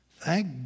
thank